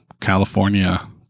California